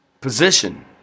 position